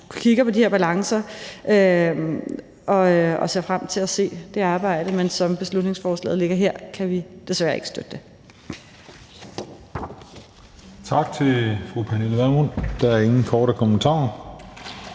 kigger på de her balancer, og ser frem til at se det arbejde. Men som beslutningsforslaget ligger her, kan vi desværre ikke støtte det.